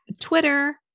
Twitter